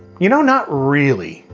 you know, not really.